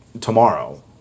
tomorrow